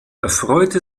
erfreute